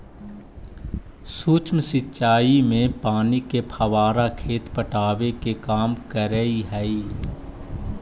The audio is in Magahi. सूक्ष्म सिंचाई में पानी के फव्वारा खेत पटावे के काम करऽ हइ